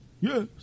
Yes